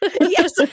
yes